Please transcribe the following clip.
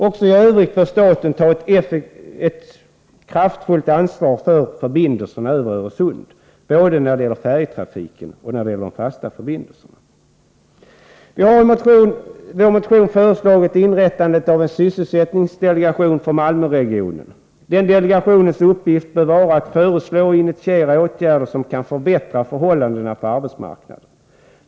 Också i övrigt bör staten aktivt ta ansvar för förbindelserna över Öresund, både när det gäller färjetrafiken och när det gäller en fast förbindelse. Vi har också föreslagit att en sysselsättningsdelegation för Malmöregionen skall inrättas. Delegationens uppgift bör vara att föreslå och initiera åtgärder som kan förbättra förhållandena på arbetsmarknaden.